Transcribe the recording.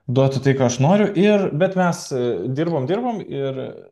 duotų tai ką aš noriu ir bet mes dirbome dirbome ir